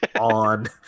on